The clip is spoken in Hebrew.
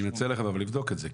אני מציעה לך אבל לבדוק את זה,